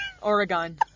Oregon